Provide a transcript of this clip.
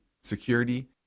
security